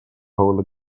hole